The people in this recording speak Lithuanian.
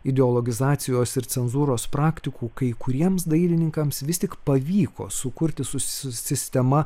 ideologizacijos ir cenzūros praktikų kai kuriems dailininkams vis tik pavyko sukurti su sistema